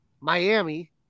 Miami